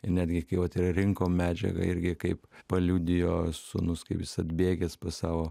net gi kai vat ir rinkom medžiagą irgi kaip paliudijo sūnus kaip jis atbėgęs pas savo